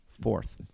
fourth